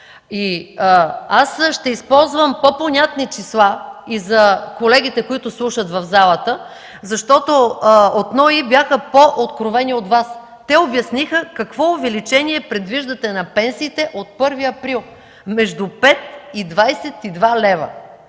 Ще използвам по-понятни числа и за колегите, които слушат в залата, защото от НОИ бяха по-откровени от Вас. Те обясниха какво увеличение предвиждате на пенсиите от 1 април – между 5 и 22 лв.